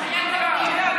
היה תקדים.